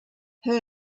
her